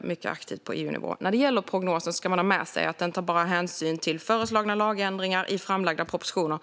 mycket aktivt på EU-nivå. När det gäller prognosen ska man ha med sig att den bara tar hänsyn till föreslagna lagändringar i framlagda propositioner.